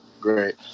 Great